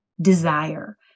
desire